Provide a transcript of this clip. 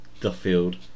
Duffield